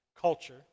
culture